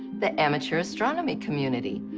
the amateur astronomy community.